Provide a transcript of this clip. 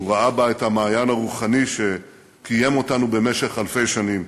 והוא ראה בו את המעיין הרוחני שקיים אותנו במשך אלפי שנים.